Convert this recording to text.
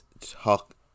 talk